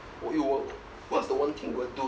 what's the one thing you will do